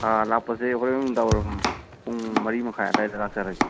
ꯂꯥꯛꯄꯁꯦ ꯍꯣꯔꯦꯟ ꯅꯨꯃꯤꯗꯥꯡꯋꯥꯏꯔꯝ ꯄꯨꯡ ꯃꯔꯤ ꯃꯈꯥꯏ ꯑꯗ꯭ꯋꯥꯏꯗ ꯂꯥꯛꯆꯔꯒꯦ